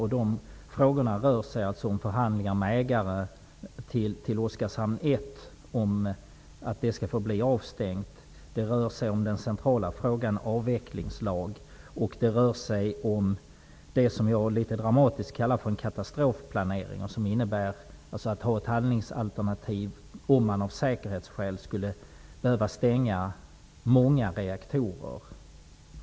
Dessa frågor rör sig om förhandlingar med ägarna om att Oskarshamn I skall få förbli avstängt, de rör sig om den centrala frågan om en avvecklingslag och om det som jag litet dramatiskt kallar för en katastrofplanering; en katastrofplanering som innebär att man har ett handlingsalternativ, om man av säkerhetsskäl behöver stänga många reaktorer.